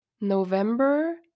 November